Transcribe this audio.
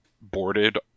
boarded